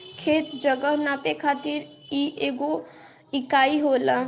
खेत, जगह नापे खातिर इ एगो इकाई होला